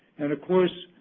and, of course,